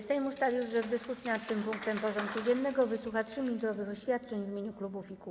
Sejm ustalił, że w dyskusji nad tym punktem porządku dziennego wysłucha 3-minutowych oświadczeń w imieniu klubów i kół.